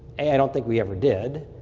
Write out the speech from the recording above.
i don't think we ever did,